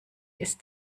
ist